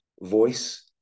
voice